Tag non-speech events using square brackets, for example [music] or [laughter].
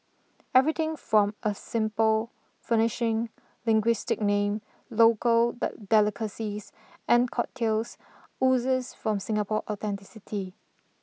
everything from a simple furnishing linguistic name local [unintelligible] delicacies and cocktails oozes from Singapore authenticity